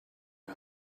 him